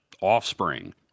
offspring